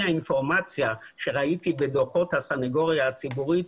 האינפורמציה שראיתי בדוחות הסנגוריה הציבורית,